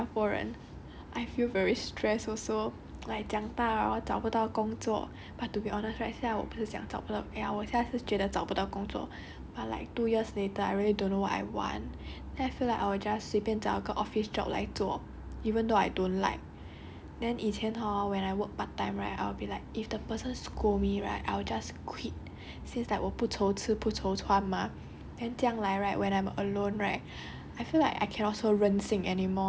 ya but 因为我不是日本人 mah so I don't know and as a 新加波人 I feel very stressed also like 我 hor 找不到工作 but to be honest right 下午不是讲找不到现在是觉得找不到工作 I like two years later I really don't know what I want then I feel like I will just 随便找个 office job 来做 even though I don't like then 以前 hor when I work part time right I'll be like if the person scold me right I will just quit since like 不愁吃不愁穿 mah